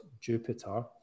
Jupiter